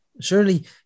Surely